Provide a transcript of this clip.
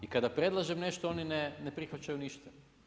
I kada predlažem nešto, oni ne prihvaćaju ništa.